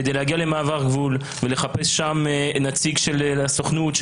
כדי להגיע למעבר גבול ולחפש שם נציג של הסוכנות,